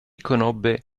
conobbe